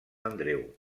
andreu